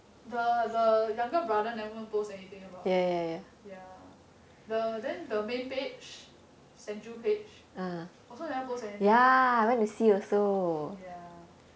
the the younger brother never even post anything about ya the then the main page senju page also never post anything ya